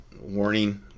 warning